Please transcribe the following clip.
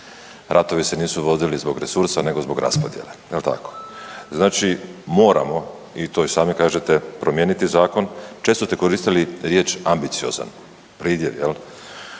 ratovi se nisu vodili zbog resursa nego zbog raspodjele jel tako, znači moramo i to i sami kažete, promijeniti zakon. Često ste koristili riječ ambiciozan pridjev, ja